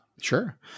Sure